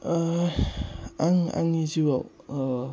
आं आंनि जिउआव